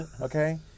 Okay